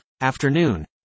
Afternoon